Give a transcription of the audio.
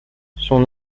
son